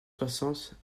soixante